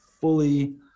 fully